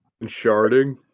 sharding